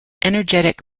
energetic